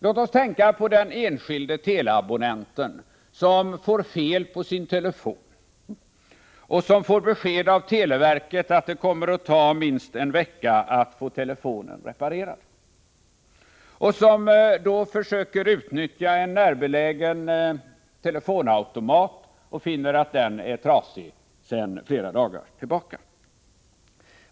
Låt oss tänka på den enskilde teleabonnenten som får fel på sin telefon och som av televerket erhåller beskedet, att det kommer att ta minst en vecka att få telefonen reparerad. Han försöker då utnyttja en närbelägen telefonautomat men finner att denna är trasig sedan flera dagar tillbaka.